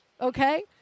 okay